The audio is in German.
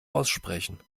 aussprechen